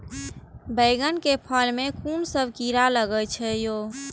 बैंगन के फल में कुन सब कीरा लगै छै यो?